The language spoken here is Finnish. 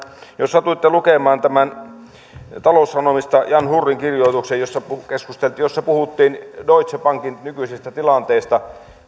jos satuitte lukemaan taloussanomista jan hurrin kirjoituksen jossa puhuttiin deutsche bankin nykyisestä tilanteesta